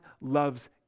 loves